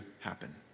happen